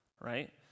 right